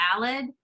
valid